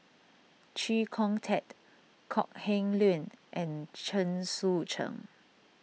Chee Kong Tet Kok Heng Leun and Chen Sucheng